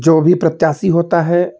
जो भी प्रत्यासी होता है